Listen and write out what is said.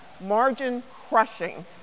margin-crushing